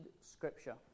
Scripture